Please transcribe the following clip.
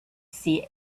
see